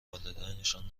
والدینشان